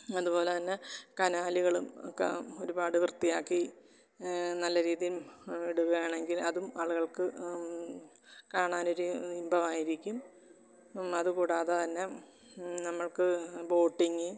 അതുപോലെത്തന്നെ കനാലുകളും ഒക്കെ ഒരുപാട് വൃത്തിയാക്കി നല്ല രീതിയില് ഇടുകയാണെങ്കില് അതും ആളുകള്ക്ക് കാണാനൊരു ഇമ്പമായിരിക്കും അത് കൂടാതെ തന്നെ നമ്മള്ക്ക് ബോട്ടിംഗ്